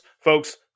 Folks